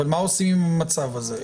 אבל מה עושים עם המצב הזה?